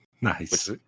Nice